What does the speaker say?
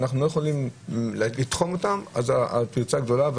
אנחנו לא יכולים לתחום אותם אז הפרצה גדולה.